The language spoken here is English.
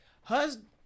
Husband